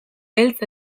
beltz